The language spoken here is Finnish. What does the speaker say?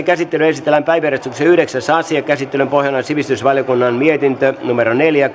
käsittelyyn esitellään päiväjärjestyksen yhdeksäs asia käsittelyn pohjana on sivistysvaliokunnan mietintö neljä